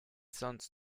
sonst